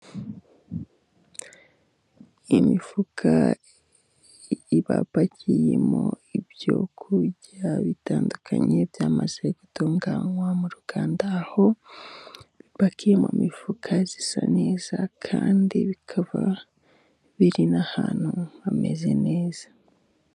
Imifuka iba ipakiyemo ibyo kurya bitandukanye byamaze gutunganywa mu ruganda ,aho bipakiye mu mifuka isa neza kandi bikaba biri n'ahantu hameze neza.